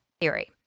theory